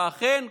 ואכן,